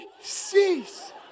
cease